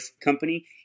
Company